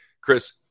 Chris